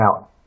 out